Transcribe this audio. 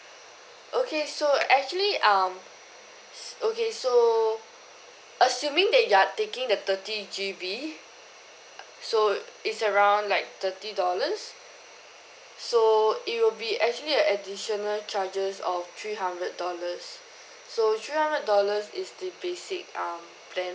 okay so actually um okay so assuming that you are taking the thirty G_B so it's around like thirty dollars so it will be actually a additional charges of three hundred dollars so three hundred dollars is the basic um plan